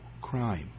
crime